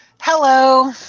Hello